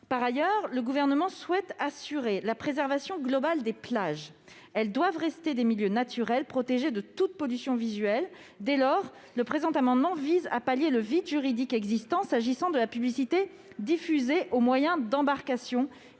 Par ailleurs, le Gouvernement souhaite assurer la préservation globale des plages, qui doivent rester des milieux naturels protégés de toute pollution visuelle. Dès lors, le présent amendement vise à pallier le vide juridique existant, s'agissant de la publicité diffusée au moyen d'embarcations